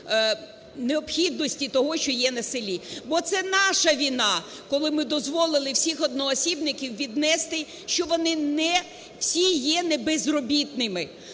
необхідності того, що є на селі. Бо це наша вина, коли ми дозволили всіх одноосібників віднести, що вони не всі є не безробітними.